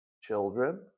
children